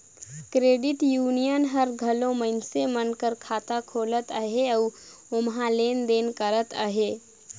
credit union हर घलो मइनसे मन कर खाता खोलत अहे अउ ओम्हां लेन देन करत अहे